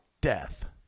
death